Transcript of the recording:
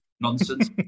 nonsense